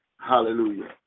Hallelujah